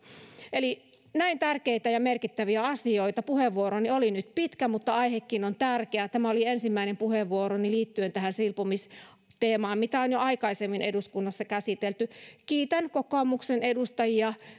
eli näin tärkeitä ja merkittäviä asioita puheenvuoroni oli nyt pitkä mutta aihekin on tärkeä tämä oli ensimmäinen puheenvuoroni liittyen tähän silpomisteemaan mitä on jo aikaisemmin eduskunnassa käsitelty kiitän kokoomuksen edustajia